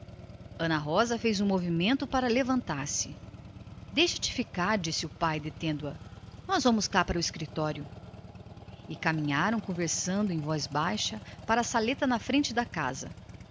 rosa fez logo menção de afastar-se deixa-te ficar disse-lhe o pai nós vamos aqui para o escritório e os dois compadres conversando em voz baixa encaminharam-se para uma saleta que havia na frente da casa